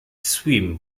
swim